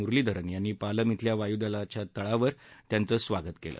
मुरलीधरन यांनी पालम धिल्या वायूदलाच्या तळावर त्यांचं स्वागत केलं